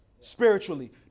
spiritually